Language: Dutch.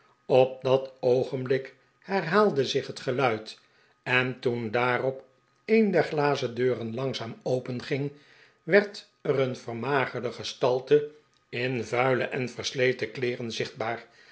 op dat oogenblik herhaalde zich het geluid en toen daarop een der glazen deuren langzaam openging werd er een vermagerde gestalte in vuile en versleten kleeren zichtbaar